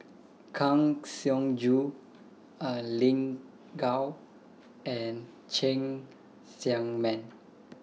Kang Siong Joo Lin Gao and Cheng Tsang Man